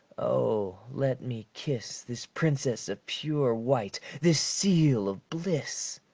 o, let me kiss this princess of pure white, this seal of bliss!